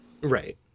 Right